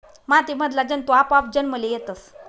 माती मधला जंतु आपोआप जन्मले येतस